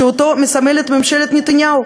שאותו מסמלת ממשלת נתניהו,